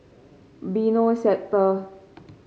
Benoi Sector